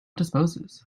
disposes